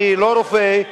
אני לא רופא,